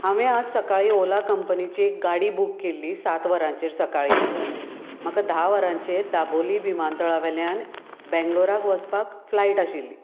हांवें आज सकाळीं ओला कंपनिची एक गाडी बूक केल्ली सात वरांचेर सकाळी म्हाका धा वरांचेर दाबोळी विमानतळा वयल्यान बेंगलोराक वचपाक फ्लायट आशिल्ली